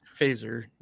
Phaser